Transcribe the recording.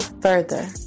further